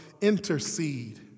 intercede